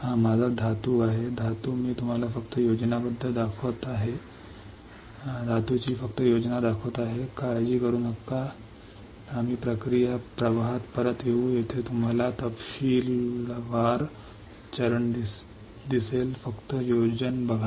हा माझा धातू आहे धातू मी तुम्हाला फक्त योजनाबद्ध दाखवत आहे काळजी करू नका आम्ही पुन्हा प्रक्रियेकडे येऊ प्रवाह जेथे तुम्हाला तपशीलवार चरण दिसेल फक्त योजनाबद्ध बघा